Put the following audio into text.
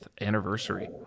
anniversary